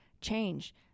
change